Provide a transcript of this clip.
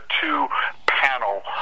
two-panel